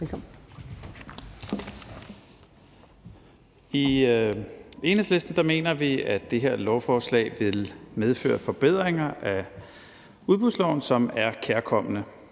I Enhedslisten mener vi, at det her lovforslag vil medføre forbedringer af udbudsloven, som er kærkomne.